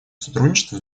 сотрудничеству